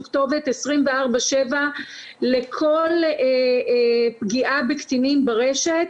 כתובת 24/7 לכל פגיעה בקטינים ברשת,